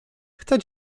chcę